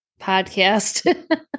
podcast